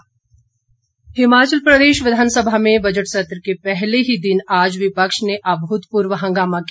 हंगामा हिमाचल प्रदेश विधानसभा में बजट सत्र के पहले ही दिन आज विपक्ष ने अभूतपूर्व हंगामा किया